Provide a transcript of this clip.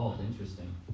Interesting